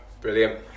Brilliant